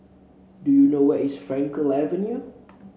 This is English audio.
do you know where is Frankel Avenue